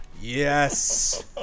Yes